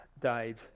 died